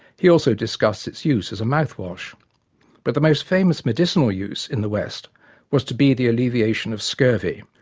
he also discussed its use as a mouthwash but the most famous medicinal use in the west was to be the alleviation of scurvy,